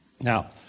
Now